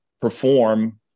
perform